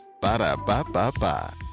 Ba-da-ba-ba-ba